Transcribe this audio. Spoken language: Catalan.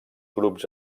grups